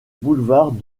boulevards